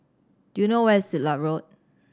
do you know where is Siglap Road